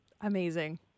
Amazing